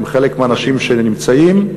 עם חלק מהאנשים שנמצאים,